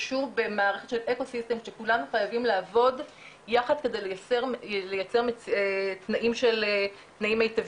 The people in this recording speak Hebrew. קשור במערכת של אקו-סיסטם שכולנו חייבים לעבוד יחד לייצר תנאים מיטביים.